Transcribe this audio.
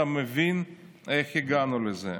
אתה מבין איך הגענו לזה.